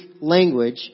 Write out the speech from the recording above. language